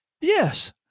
Yes